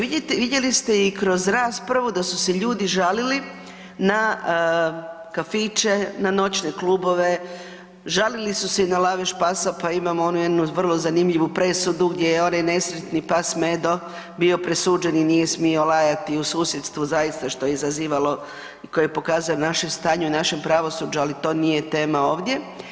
Vidjeli ste i kroz raspravu da su se ljudi žalili na kafiće, na noćne klubove, žalili su se i na lavež pasa pa imamo onu jednu vrlo zanimljivu presudu gdje je onaj nesretni pas Medo bio presuđen i nije smio lajati u susjedstvu, zaista, što je izazivalo, koje je pokazalo naše stanje u našem pravosuđu, ali to nije tema ovdje.